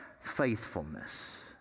faithfulness